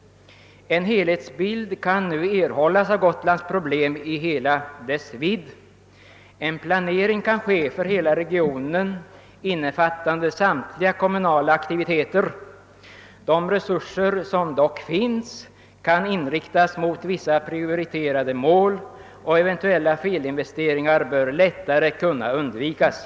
En helhetsbild kan sålunda nu erhållas av Gotlands problem i stort, och en planering kan göras för hela regionen, innefattande samtliga kommunala aktiviteter. Vidare kan de resurser som finns inriktas mot vissa prioriterade mål, och eventuella felinvesteringar bör lättare kunna undvikas.